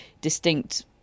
distinct